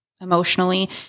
emotionally